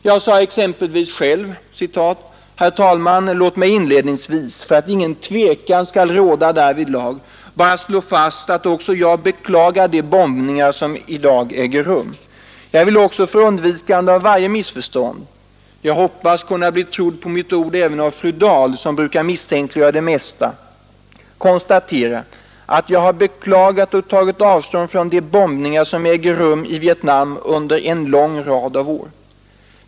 Jag sade exempelvis själv: ”Herr talman! Låt mig inledningsvis, för att ingen tvekan skall råda därvidlag, bara slå fast att också jag beklagar de bombningar som i dag äger rum. Jag vill också för undvikande av varje missförstånd — jag hoppas kunna bli trodd på mitt ord även av fru Dahl, som brukar misstänkliggöra det mesta — konstatera att jag har beklagat och tagit avstånd från de bombningar som äger rum i Vietnam under en lång rad av år.